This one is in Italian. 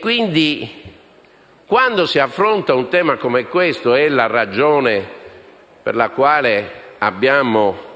Quindi, quando si affronta un tema come questo, la ragione per la quale abbiamo